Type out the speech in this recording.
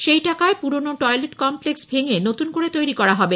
সেই টাকায় পুরনো টয়লেট কমপ্লেক্স ভেঙে নতুন করে তৈরি করা হবে